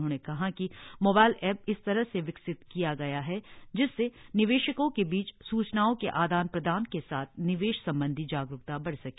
उन्होंने कहा कि मोबाइल ऐप इस तरह से विकसित किया गया है जिससे निवेशकों के बीच सूचनाओं के आदान प्रदान के साथ निवेश संबंधी जागरूकता बढ़ सके